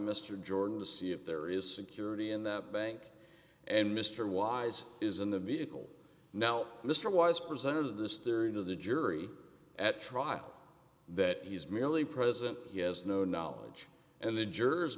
mr jordan to see if there is security in the bank and mr wise is in the vehicle now mr wise presented this theory to the jury at trial that he's merely present he has no knowledge and the jurors